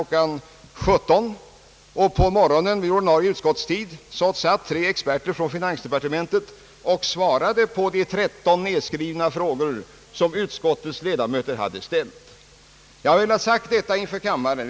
17.00, och morgonen därefter på ordinarie utskottstid satt tre experter från finansdepartementet och svarade på de 13 nedskrivna frågor som utskottets ledamöter hade ställt. Jag vill ha detta sagt inför kammaren.